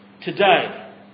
today